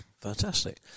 Fantastic